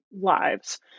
lives